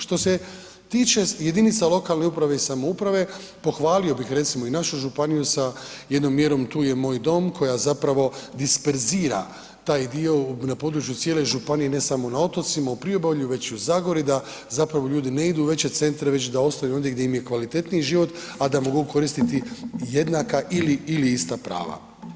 Što se tiče jedinica lokalne uprave i samouprave, pohvalio bih recimo i našu županiju sa jednom mjerom „Tu je moj dom“ koja zapravo disperzira taj dio na području cijele županije ne samo na otocima u Priobalju već i u Zagori da zapravo ljudi ne idu u veće centre već da ostaju ondje gdje im je kvalitetniji život, a da mogu koristiti jednaka ili, ili ista prava.